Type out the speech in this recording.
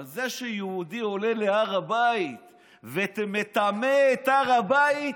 על זה שיהודי עולה להר הבית ומטמא את הר הבית